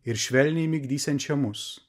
ir švelniai migdysiančią mus